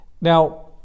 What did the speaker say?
Now